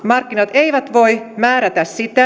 terveydenhuoltoa markkinat eivät voi määrätä sitä